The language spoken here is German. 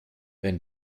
wenn